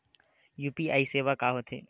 UPI सेवा का होथे?